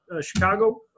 Chicago